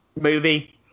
movie